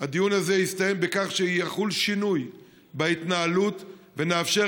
הדיון הזה יסתיים בכך שיחול שינוי בהתנהלות ונאפשר